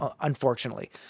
unfortunately